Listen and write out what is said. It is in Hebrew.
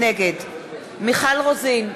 נגד מיכל רוזין,